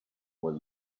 was